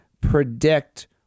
predict